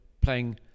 playing